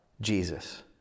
Jesus